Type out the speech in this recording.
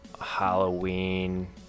Halloween